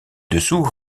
dessous